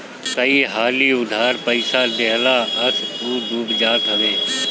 कई हाली उधार पईसा देहला पअ उ डूब जात हवे